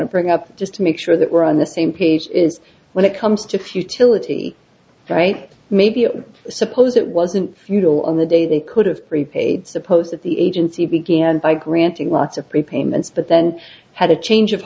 to bring up just to make sure that we're on the same page is when it comes to futility right maybe i suppose it wasn't futile on the day they could have repaid suppose that the agency began by granting lots of prepayments but then had a change of